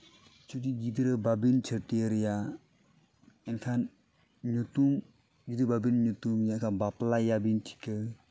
ᱡᱩᱫᱤ ᱜᱤᱫᱽᱨᱟᱹ ᱵᱟᱹᱵᱤᱱ ᱪᱷᱟᱹᱴᱤᱭᱟᱹᱨᱮᱭᱟ ᱮᱱᱠᱷᱟᱱ ᱧᱩᱛᱩᱢ ᱡᱩᱫᱤ ᱵᱟᱹᱵᱤᱱ ᱧᱩᱛᱩᱢᱮᱭᱟ ᱠᱷᱟᱡ ᱵᱟᱯᱞᱟᱭᱮᱭᱟ ᱵᱮᱱ ᱪᱤᱠᱟᱹ